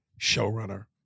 showrunner